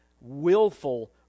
willful